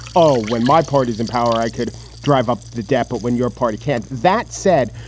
oh, when my party is in power, i could drive up the dap, but when your party can't. that said,